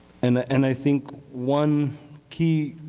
and ah and i think one key,